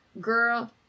Girl